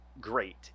great